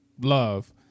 love